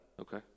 okay